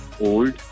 old